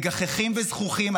מגחכים וזחוחים,